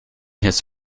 his